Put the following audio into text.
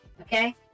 okay